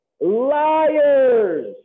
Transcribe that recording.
liars